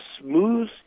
smooth